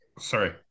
sorry